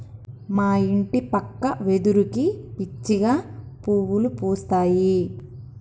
మా ఇంటి పక్క వెదురుకి పిచ్చిగా పువ్వులు పూస్తాయి